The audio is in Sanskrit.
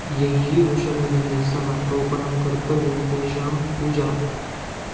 यैः वृषभैः सह रोपणं कर्तव्यं तेषां पूजा